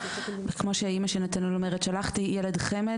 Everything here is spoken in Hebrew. וכמו שאמא של נתנאל אומרת: "שלחתי ילד חמד,